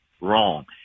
Wrong